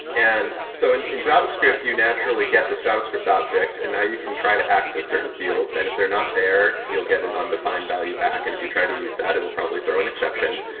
and so in javascript you naturally get this javascript object and now you can try to access certain fields, and if they're not there, you'll get an undefined value back, and if you try to use that it'll probably throw an exception.